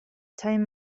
time